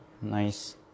nice